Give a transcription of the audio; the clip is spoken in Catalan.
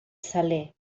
saler